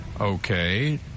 Okay